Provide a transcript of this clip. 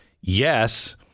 Yes